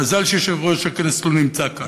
מזל שיושב-ראש הכנסת לא נמצא כאן.